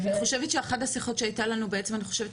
אני חושבת שאחת השיחות שהיתה לנו שאולי